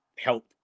help